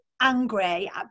Angry